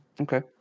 Okay